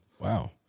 Wow